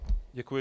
Děkuji.